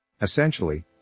Essentially